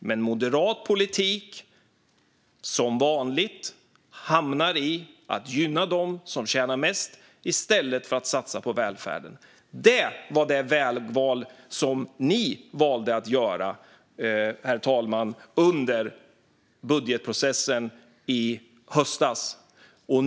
Men moderat politik hamnar som vanligt i att gynna dem som tjänar mest i stället för att satsa på välfärden. Det var det vägval som de gjorde under budgetprocessen i höstas, herr talman.